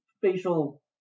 facial